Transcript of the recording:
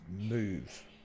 move